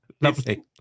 Lovely